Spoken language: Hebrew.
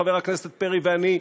חבר הכנסת פרי ואני,